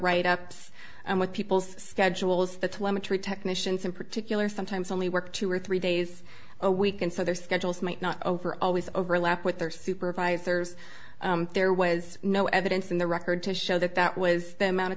write ups and what people's schedules the technicians in particular sometimes only work two or three days a week and so their schedules might not over always overlap with their supervisors there was no evidence in the record to show that that was the amount of